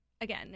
again